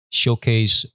showcase